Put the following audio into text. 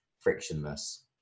frictionless